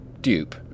dupe